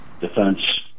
defense